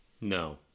No